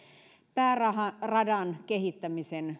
pääradan kehittämisen